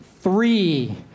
Three